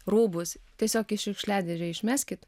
rūbus tiesiog į šiukšliadėžę išmeskit